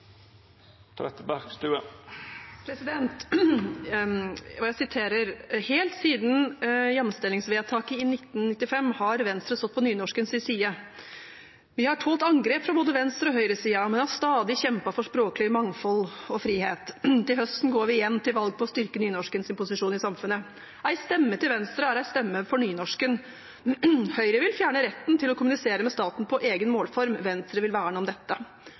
vert replikkordskifte. Jeg siterer: «Heilt sidan jamstellingsvedtaket i 1885 har Venstre stått på nynorsken si side. Me har måtta tole angrep frå både venstre- og høgresida, men har stadig kjempa for språkleg mangfald og fridom. Til hausten går vi igjen til val på å styrke nynorsken sin posisjon i samfunnet. ei stemme til Venstre er ei stemme for nynorsken. Høgre vil fjerne retten til å kommunisere med staten på eigen målform.» Venstre vil verne om dette.